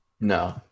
No